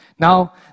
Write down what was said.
Now